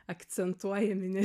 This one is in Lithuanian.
akcentuojami ne